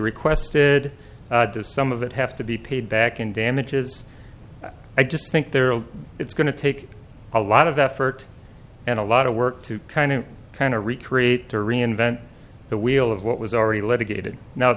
requested some of it have to be paid back in damages i just think it's going to take a lot of effort and a lot of work to kind of kind of recreate to reinvent the wheel of what was already litigated now